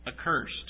accursed